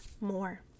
more